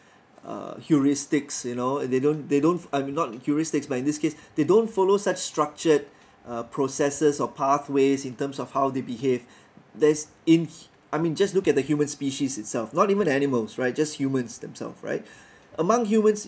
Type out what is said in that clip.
uh heuristics you know they don't they don't I mean not heuristics but in this case they don't follow such structured uh processes or pathways in terms of how they behave there's in I mean just look at the human species itself not even animals right just humans themselves right among humans